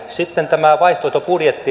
sitten tämä vaihtoehtobudjetti